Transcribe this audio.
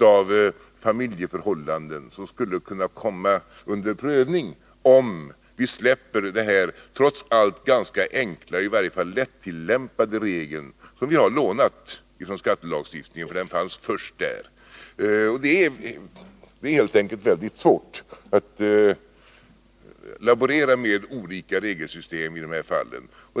av familjeförhållanden som skulle kunna komma under prövning om vi släpper den här trots allt ganska enkla, i varje fall lättillämpade, regeln som vi har lånat från skattelagstiftningen, där den fanns först. Det är helt enkelt väldigt svårt att laborera med olika regelsystem i de här fallen.